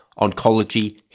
oncology